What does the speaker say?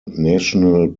national